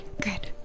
good